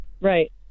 Right